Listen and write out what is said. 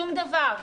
שום דבר.